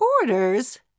Orders